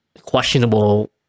questionable